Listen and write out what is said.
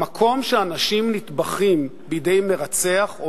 במקום שאנשים נטבחים בידי מרצח או